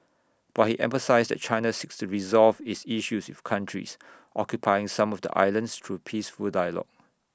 but he emphasised that China seeks to resolve its issues with countries occupying some of the islands through peaceful dialogue